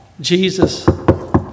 Jesus